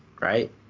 right